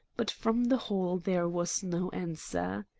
but from the hall there was no answer.